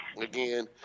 again